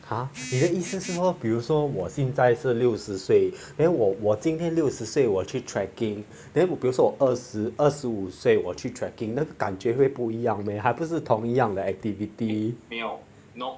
!huh! 你的意思是说比如说我现在是六十岁 then 我我今天六十岁我去 trekking then 比如说二十二十五岁我去 trekking 的感觉会不一样 meh 还不是同一样的 activity